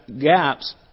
gaps